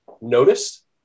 noticed